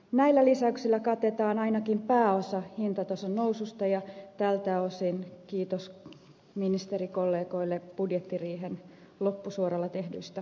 näillä lisäyksillä katetaan ainakin pääosa hintatason noususta ja tältä osin kiitos ministerikollegoille budjettiriihen loppusuoralla tehdyistä muutoksista